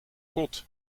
kot